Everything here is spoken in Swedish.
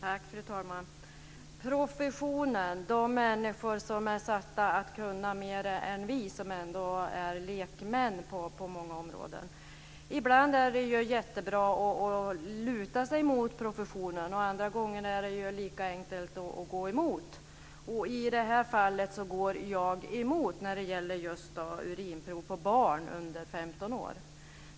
Fru talman! Professionen är de människor som är satta att kunna mer än vi, som ändå är lekmän på många områden. Ibland är det jättebra att luta sig mot professionen. Andra gånger är det lika enkelt att gå emot den. I det här fallet går jag emot den när det gäller just urinprov på barn under 15 år.